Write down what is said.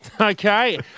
Okay